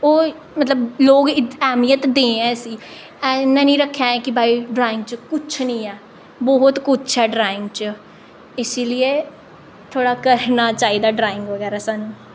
ओह् मतलब लोग ऐहमियत दें ऐ इस्सी इ'यां निं रक्खैं कि ड्राइंग च कुछ निं ऐ ब्हौत कुछ ऐ ड्राइंग च इस्सी लिए थोह्ड़ा करना चाहिदा ड्राइंग बगैरा सानूं